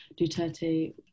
Duterte